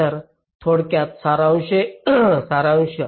तर थोडक्यात सारांश